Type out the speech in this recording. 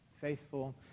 faithful